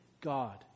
God